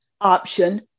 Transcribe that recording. Option